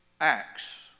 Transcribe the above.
acts